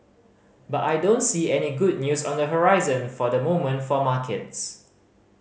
but I don't see any good news on the horizon for the moment for markets